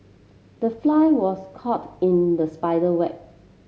the fly was caught in the spider web